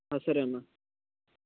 సరే అన్నా